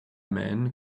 man